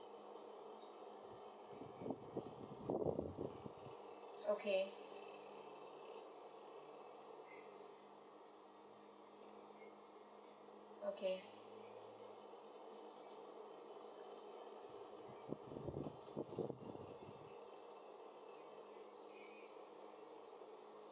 okay okay